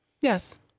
Yes